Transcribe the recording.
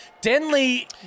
Denley